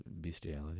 bestiality